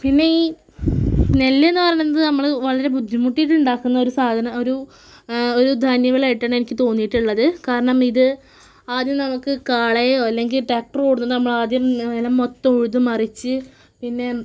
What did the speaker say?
പിന്നെ ഈ നെല്ലെന്നു പറയണത് നമ്മൾ വളരെ ബുദ്ധിമുട്ടിയിട്ടുണ്ടാക്കുന്നൊരു ഒരു സാധ ഒരു ഒരു ധന്യ വിളയായിട്ടാണെനിക്ക് തോന്നിയിട്ടുള്ളത് കാരണം ഇത് ആദ്യം നമുക്ക് കാളയോ അല്ലെങ്കിൽ ട്രാക്റ്റർ കൊണ്ട് നമ്മളാദ്യം മൊത്തം ഉഴുതു മറിച്ചു പിന്നെ